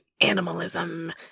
animalism